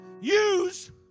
use